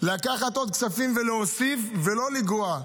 צריך לקחת עוד כספים, להוסיף ולא לגרוע.